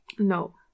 No